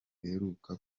duheruka